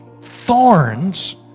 thorns